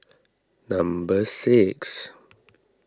number six